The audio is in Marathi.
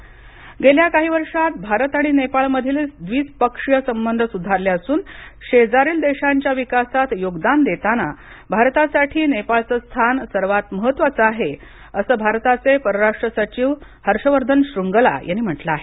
भारत नेपाळ गेल्या काही वर्षात भारत आणि नेपाळमधील द्विपक्षीय संबंध सुधारले असून शेजारील देशांच्या विकासात योगदान देताना भारतासाठी नेपाळचं स्थान सर्वात महत्त्वाचं आहे असं भारताचे परराष्ट्र सचिव हर्षवर्धन श्रुन्गाला यांनी म्हंटल आहे